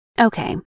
Okay